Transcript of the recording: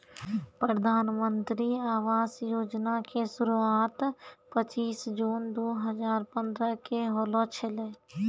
प्रधानमन्त्री आवास योजना के शुरुआत पचीश जून दु हजार पंद्रह के होलो छलै